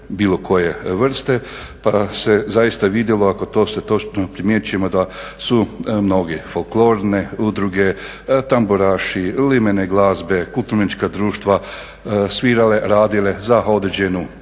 bilo koje vrste, pa se zaista vidjelo, to se točno primjećujemo da su mnoge folklorne udruge, tamburaši, limene glazbe, kulturno umjetnička društva svirale, radile za određenu